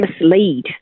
mislead